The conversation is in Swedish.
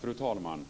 Fru talman!